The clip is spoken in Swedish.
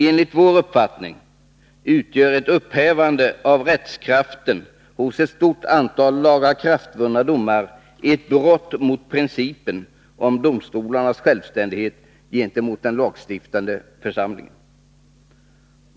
Enligt vår uppfattning utgör ett upphävande av rättskraften hos ett stort antal lagakraftvunna domar ett brott mot principen om domstolarnas självständighet gentemot den lagstiftande församlingen.